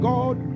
God